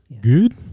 Good